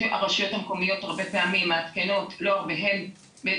הרשויות המקומיות הרבה פעמים מעדכנות את ההורים